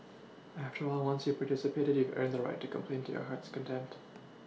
after all once you participated that you've earned the right to complain to your heart's content